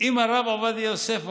אם הרב עובדיה יוסף אומר,